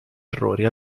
errori